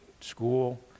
school